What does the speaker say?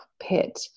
pit